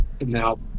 Now